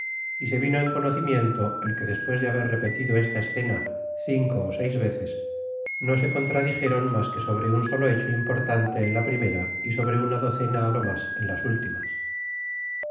y se vino en conocimiento el que despues de haber repetido esta escena cinco ó seis veces no se contradijeron mas que sobre un solo hecho importante en la primera y sobre una docena á lo mas en las últimas